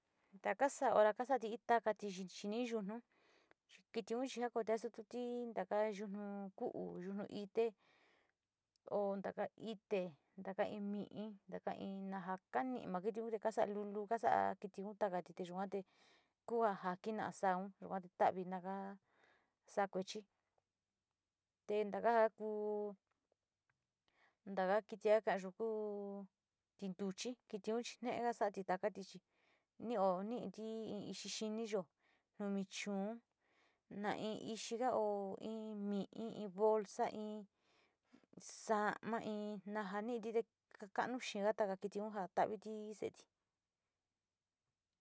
Ndaka xa'a hora kaxati takati chi yii yunno'o kiti ochen ondea xuuti yuno'o kuu yuno'o ité, hon ndaka ité ndaka ini iin ndaka iin mi'í ndaka iin nima kiti uxe'e kata lulu kaxa'a, kiti uu takatiti yuate kuu njaka kina xaón yuu kuan titavi nanga xakuechí tendaga kuu, ndanga kiti nga nguu tinduchi nexa'a tindá katichí nioniti, iin xhixi niyo'o nuu mi chón, na iin ixhinga ó iin mí i iin bolsa iin xa'ama iin nanjaniti njakanuu chikakanga kiti nonján xhian kaya njiti onjan tavití ixetí.